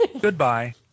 Goodbye